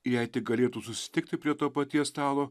jei tik galėtų susitikti prie to paties stalo